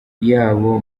y’abo